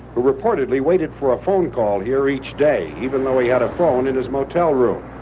who reportedly waited for a phone call here each day, even though he had a phone in his motel room.